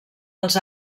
als